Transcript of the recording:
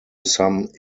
some